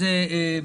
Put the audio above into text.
עצמו.